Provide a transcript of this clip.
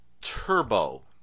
turbo